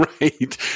Right